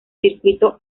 circuito